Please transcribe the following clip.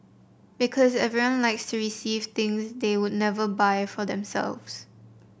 because everyone likes to receive things that they would never buy for themselves